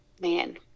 Man